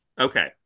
Okay